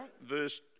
verse